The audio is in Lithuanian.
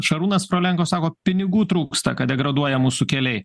šarūnas frolenko sako pinigų trūksta kad degraduoja mūsų keliai